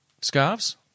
Scarves